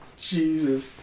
Jesus